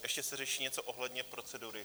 Ještě se řeší něco ohledně procedury.